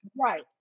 right